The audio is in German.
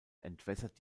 entwässert